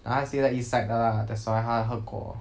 like 他 stay 在 east side lah that's why 他喝过